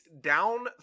down